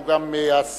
שהוא גם השר